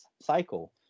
cycle